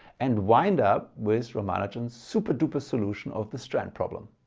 and wind up with ramanujan's super-duper solution of the strand problem.